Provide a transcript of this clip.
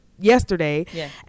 Yesterday